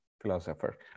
philosopher